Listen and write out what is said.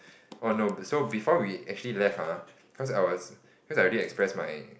oh no so before we actually left ah cause I was cause I already express my